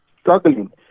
struggling